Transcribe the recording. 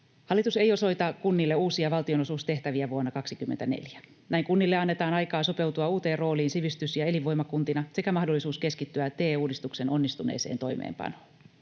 Hallitus ei osoita kunnille uusia valtionosuustehtäviä vuonna 24. Näin kunnille annetaan aikaa sopeutua uuteen rooliin sivistys- ja elinvoimakuntina sekä mahdollisuus keskittyä TE-uudistuksen onnistuneeseen toimeenpanoon.